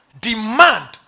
Demand